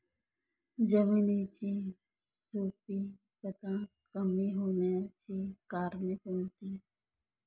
जमिनीची सुपिकता कमी होण्याची कारणे कोणती?